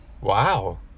Wow